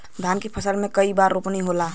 धान के फसल मे कई बार रोपनी होला?